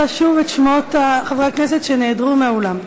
שוב את שמות חברי הכנסת שנעדרו מהאולם.